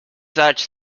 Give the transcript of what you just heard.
such